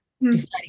Deciding